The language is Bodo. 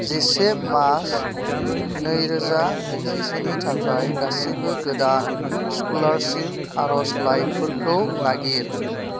जिसे मास नैरोजा नैजिसेनि थाखाय गासिबो गोदान स्कलारसिफ आरजलायफोरखौ नागिर